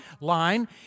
line